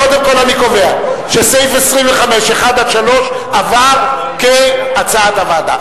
קודם כול אני קובע שסעיף 25(1) (3) עבר כהצעת הוועדה.